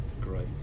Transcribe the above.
Great